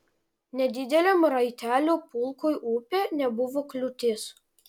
nedideliam raitelių pulkui upė nebuvo kliūtis